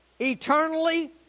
Eternally